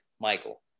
Michael